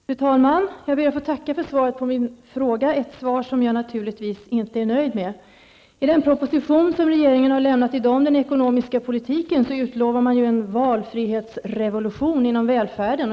Fru talman! Jag ber att få tacka för svaret på min fråga, ett svar som jag naturligtvis inte är nöjd med. I den proposition om den ekonomiska politiken som regeringen har lämnat i dag utlovar man en valfrihetsrevolution inom välfärden.